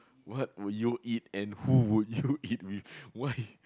what would you eat and who would you eat